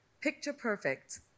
picture-perfect